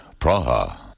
Praha